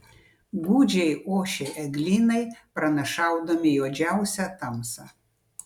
gūdžiai ošė eglynai pranašaudami juodžiausią tamsą